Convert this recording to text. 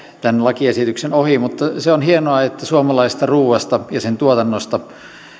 tämän lakiesityksen ohi mutta se on hienoa että suomalaisesta ruoasta ja sen tuotannosta